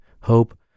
hope